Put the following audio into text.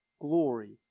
glory